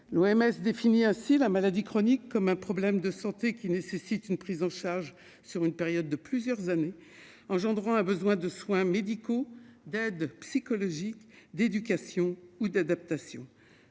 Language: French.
santé définit la maladie chronique comme un « problème de santé qui nécessite une prise en charge sur une période de plusieurs années [...], engendrant un besoin de soins médicaux, d'aide psychologique, d'éducation ou d'adaptation